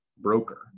broker